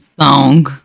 song